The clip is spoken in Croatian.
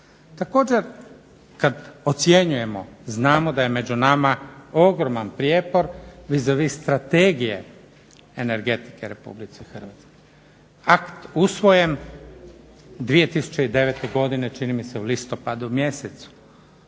Također kada ocjenjujemo znamo da je među nama ogroman prijepor vis a vis strategije energetike Republike Hrvatske, akt usvojen 2009. godine čini mi se u listopadu mjesecu,